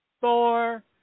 four